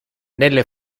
nelle